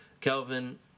Kelvin